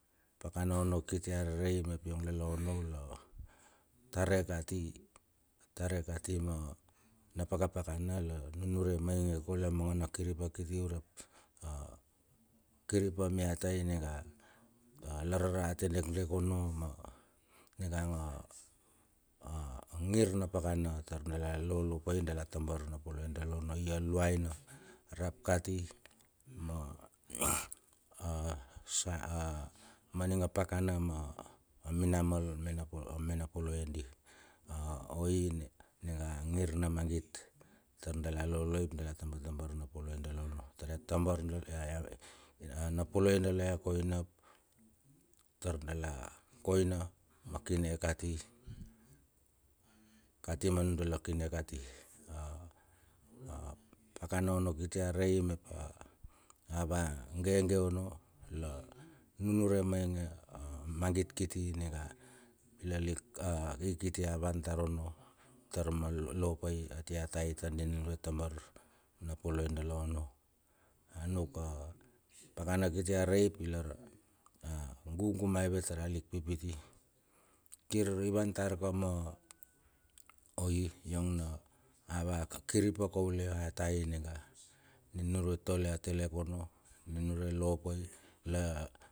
A pakana ono kiti a rerei mep yong lala onno la, tare kati tare kati ma na pakapakana la nunure mainge kaule amangana kiripa kiti. Urepa a kiripa mia tai niga lararate dekdek onno niga ang ngir na pakana tar dala lolopai dala tabar na poloe dala onno i aluaina rap kati ma a a aninga pakana ma minamal me pole di. A oi nige a gnir na magit tar dala loloi ap dala tabar na poloe dala onno tar ya tabar ya a na poloe dala ya koina ap tar dala koina ma kiine kati, kati ma nundala kine kati, apakana onno kiti a rei mep avagege onno la nunure mainge a magit kiti ninga lalik a i kiti a van tar onno tar ma lopai atia tai di nunure tabar na poloe da onno. Anuk apakana kiti a rei ap ilar a gugu maive, tir a lik pipiti, kir ivan tarka ma oi, yong na ava kiripa kaule oa tai ninga nunure tole a telek onno nunure lopa i.